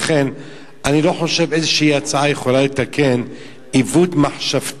לכן אני לא חושב שיש איזו הצעה שיכולה לתקן עיוות מחשבתי,